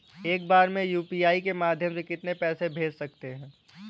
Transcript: एक बार में यू.पी.आई के माध्यम से कितने पैसे को भेज सकते हैं?